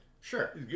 sure